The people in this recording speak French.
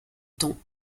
ton